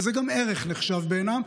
וזה נחשב גם ערך בעיניהם,